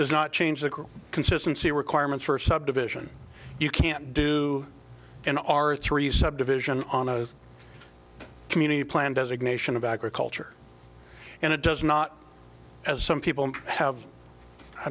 does not change the consistency requirements for a subdivision you can't do in our three subdivision on a community plan designation of agriculture and it does not as some people have i